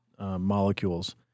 Molecules